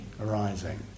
arising